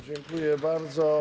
Dziękuję bardzo.